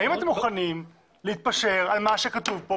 האם אתם מוכנים להתפשר על מה שכתוב כאן,